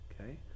okay